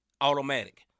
Automatic